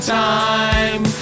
time